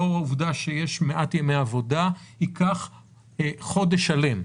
לאור העובדה שיש מעט ימי עבודה, ייקח חודש שלם.